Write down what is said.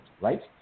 right